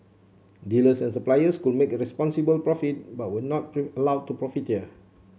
dealers and suppliers could make a reasonable profit but were not to allowed to profiteer